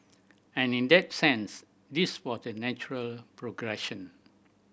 and in that sense this was the natural progression